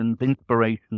inspirations